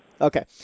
Okay